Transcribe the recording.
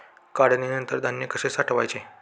काढणीनंतर धान्य कसे साठवायचे?